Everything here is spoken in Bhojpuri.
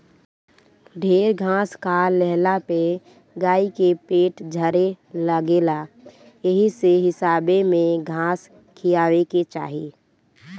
ढेर घास खा लेहला पे गाई के पेट झरे लागेला एही से हिसाबे में घास खियावे के चाही